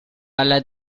alla